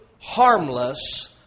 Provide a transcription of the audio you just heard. harmless